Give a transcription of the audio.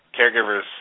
caregivers